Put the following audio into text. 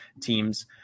teams